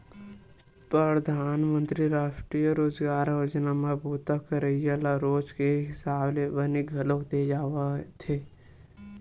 परधानमंतरी रास्टीय रोजगार योजना म बूता करइया ल रोज के हिसाब ले बनी घलोक दे जावथे